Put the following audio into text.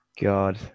God